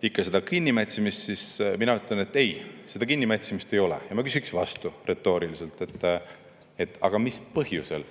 puudutab kinnimätsimist, siis mina ütlen, et ei, kinnimätsimist ei ole. Ma küsiks vastu retooriliselt: mis põhjusel,